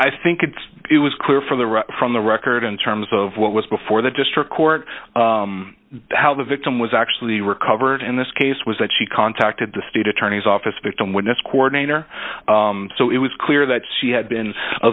i think it was clear from the right from the record in terms of what was before the district court how the victim was actually recovered in this case was that she contacted the state attorney's office a victim witness coordinator so it was clear that she had been a